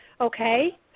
Okay